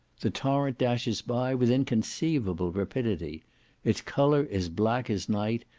the torrent dashes by with inconceivable rapidity its colour is black as night,